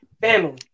family